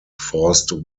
forced